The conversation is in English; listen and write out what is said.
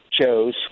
chose